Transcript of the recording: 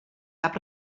cap